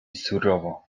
surowo